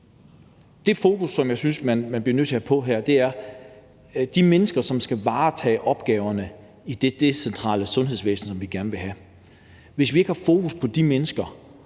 Det fokus, som jeg synes man bliver nødt til at have på det her, er de mennesker, som skal varetage opgaverne i det decentrale sundhedsvæsen, som vi gerne vil have. Hvis vi ikke har fokus på de mennesker